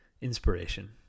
inspiration